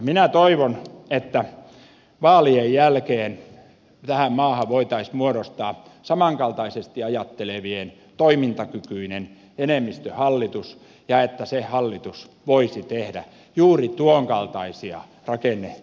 minä toivon että vaalien jälkeen tähän maahan voitaisiin muodostaa samankaltaisesti ajattelevien toimintakykyinen enemmistöhallitus ja että se hallitus voisi tehdä juuri tuon kaltaisia rakenneuudistuksia